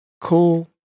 cool